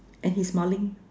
and he's smiling